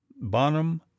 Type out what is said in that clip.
bonham